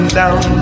down